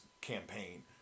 campaign